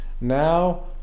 now